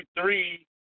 three